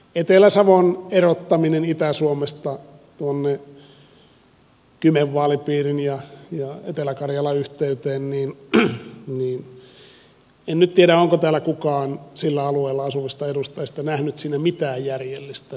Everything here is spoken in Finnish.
etelä savon erottaminen itä suomesta tuonne kymen vaalipiirin ja etelä karjalan yhteyteen en nyt tiedä onko täällä kukaan sillä alueella asuvista edustajista nähnyt siinä mitään järjellistä